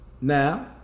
Now